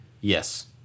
Yes